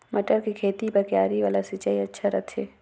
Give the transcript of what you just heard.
मटर के खेती बर क्यारी वाला सिंचाई अच्छा रथे?